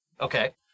Okay